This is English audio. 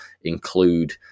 include